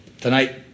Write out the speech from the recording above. Tonight